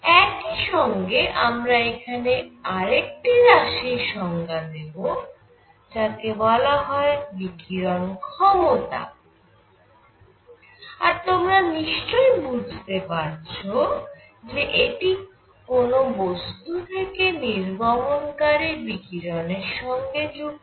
একই সঙ্গে আমরা এখানে আরেকটি রাশির সংজ্ঞা দেবযাকে বলা হয় বিকিরণ ক্ষমতা আর তোমরা নিশ্চই বুঝতেই পারছ যে এটি কোন বস্তু থেকে নির্গমনকারী বিকিরণের সঙ্গে যুক্ত